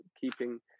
keeping